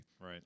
Right